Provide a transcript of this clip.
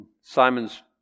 Simon's